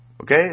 okay